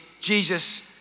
Jesus